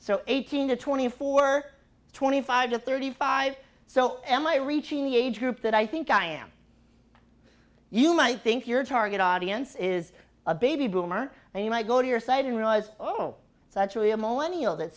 so eighteen to twenty four twenty five to thirty five so am i reaching the age group that i think i am you might think your target audience is a baby boomer and you might go to your site and realize oh